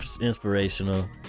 inspirational